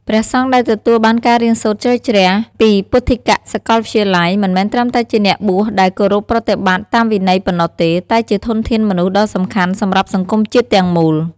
ព្រះសង្ឃដែលទទួលបានការរៀនសូត្រជ្រៅជ្រះ ពីពុទ្ធិកសាកលវិទ្យាល័យ មិនមែនត្រឹមតែជាអ្នកបួសដែលគោរពប្រតិបត្តិតាមវិន័យប៉ុណ្ណោះទេ តែជាធនធានមនុស្សដ៏សំខាន់សម្រាប់សង្គមជាតិទាំងមូល។